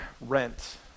rent